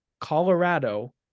Colorado